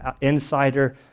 insider